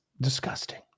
disgusting